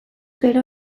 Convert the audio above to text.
gero